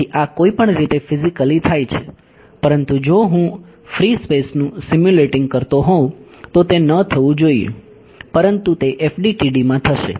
તેથી આ કોઈપણ રીતે ફિઝીકલી થાય છે પરંતુ જો હું ફ્રી સ્પેસનું સીમ્યુલેટીંગ કરતો હોઉં તો તે ન થવું જોઈએ પરંતુ તે FDTD માં થશે